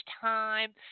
time